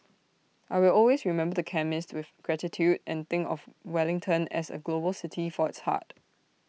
I will always remember the chemist with gratitude and think of Wellington as A global city for its heart